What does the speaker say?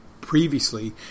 previously